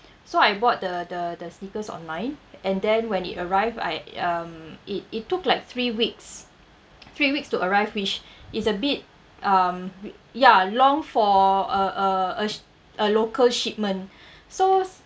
so I bought the the the sneakers online and then when it arrived I um it it took like three weeks three weeks to arrive which is a bit um ya long for a a ash~ a local shipment so